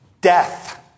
death